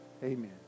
Amen